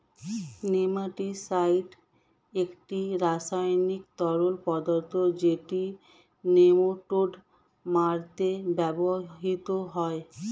nematicide একটি রাসায়নিক তরল পদার্থ যেটি নেমাটোড মারতে ব্যবহৃত হয়